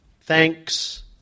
thanks